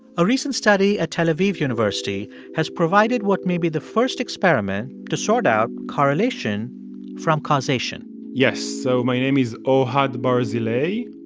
a recent study at tel aviv university has provided what may be the first experiment to sort out correlation from causation yes. so my name is ohad barzilay,